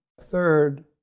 Third